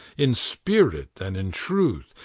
in spirit and in truth,